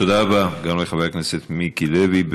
תודה רבה גם לחבר הכנסת מיקי לוי.